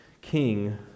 king